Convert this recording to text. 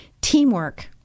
Teamwork